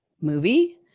movie